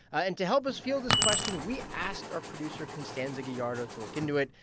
and to help us field this question, we asked our producer constanza gallardo to look into it.